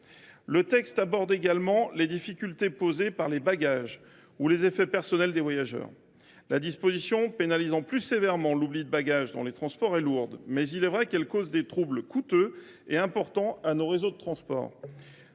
Le texte aborde également la question des difficultés posées par les bagages ou les effets personnels des voyageurs. La disposition visant à pénaliser plus sévèrement l’oubli de bagages dans les transports est lourde, mais il est vrai que celui ci provoque des troubles coûteux et importants pour nos réseaux de transport.